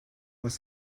was